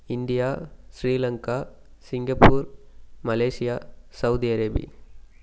India Sri Lanka Singapore Malaysia Saudi அரேபி